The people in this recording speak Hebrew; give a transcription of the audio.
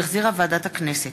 שהחזירה ועדת הכנסת.